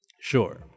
sure